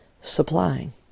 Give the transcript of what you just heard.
supplying